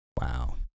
Wow